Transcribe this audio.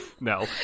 no